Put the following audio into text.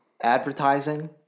Advertising